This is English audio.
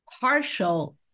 partial